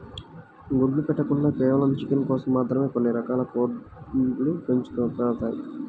గుడ్లు పెట్టకుండా కేవలం చికెన్ కోసం మాత్రమే కొన్ని రకాల కోడ్లు పెంచబడతాయి